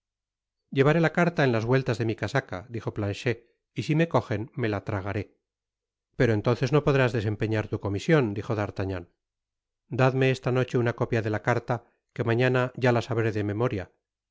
llevaré la caria en las vueltas de mi casaca dijo planchet y si me cojen me la tragaré pero entonces no podrás desempeñar tu comision dijo d'artagnan dadme esta noche una copia de la carta que mañana ya la sabré de memoria